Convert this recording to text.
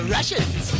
Russians